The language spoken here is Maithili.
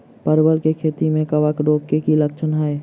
परवल केँ खेती मे कवक रोग केँ की लक्षण हाय?